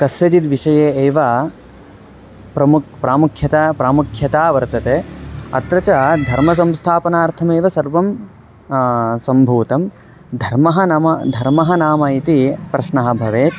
कस्यचिद्विषये एव प्रमुखं प्रामुख्यता प्रामुख्यता वर्तते अत्र च धर्म संस्थापनार्थमेव सर्वं सम्भूतं धर्मः नाम धर्मः नाम इति प्रश्नः भवेत्